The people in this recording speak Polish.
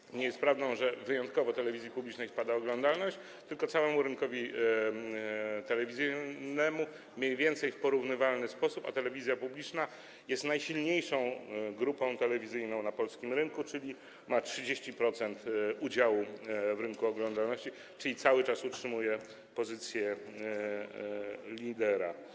A więc nie jest prawdą, że wyjątkowo telewizji publicznej spada poziom oglądalności, tylko spada on całemu rynkowi telewizyjnemu mniej więcej w porównywalny sposób, a telewizja publiczna jest najsilniejszą grupą telewizyjną na polskim rynku, ma 30-procentowy udział w rynku oglądalności, czyli cały czas utrzymuje pozycję lidera.